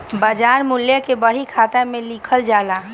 बाजार मूल्य के बही खाता में लिखल जाला